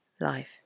life